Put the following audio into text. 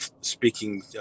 speaking